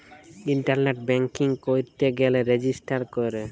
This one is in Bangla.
ইলটারলেট ব্যাংকিং ক্যইরতে গ্যালে রেজিস্টার ক্যরে